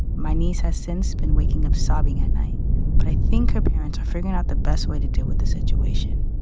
my niece has since been waking up sobbing at night but i think her parents are figuring out the best way to deal with the situation.